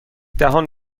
دهان